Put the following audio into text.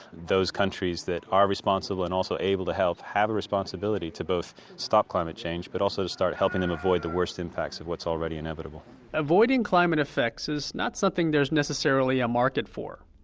those countries that are responsible and also able to help have a responsibility to both stop climate change, but also to start helping them avoid the worst impacts of what's already inevitable avoiding climate effects is not something there's necessarily a market for.